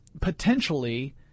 potentially